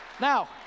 Now